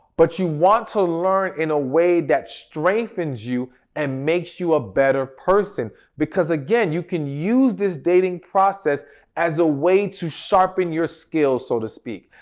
but you want to learn in a way that strengthens you and makes you a better person because again, you can use this dating process as a way to sharpen your skills, so to speak.